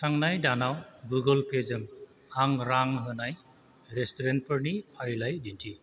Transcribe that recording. थांनाय दानाव गुगोल पेजों आं रां होनाय रेस्टुरेन्टफोरनि फारिलाइ दिन्थि